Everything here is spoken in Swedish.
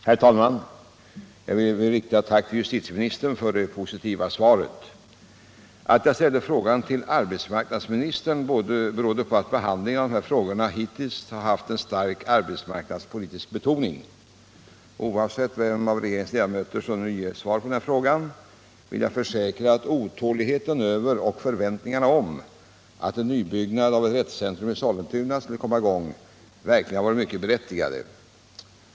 Herr talman! Jag vill rikta ett tack till justitieministern för det positiva svaret. Att jag ställde frågan till arbetsmarknadsministern berodde på att behandlingen av dessa frågor hittills har haft en stark arbetsmarknadspolitisk betoning. Oavsett vem av regeringens ledamöter som nu ger ett svar i denna fråga vill jag försäkra att otåligheten och förväntningarna om att nybyggnad av ett rättscentrum i Sollentuna skulle komma i gång verkligen har varit mycket berättigade.